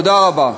תודה רבה.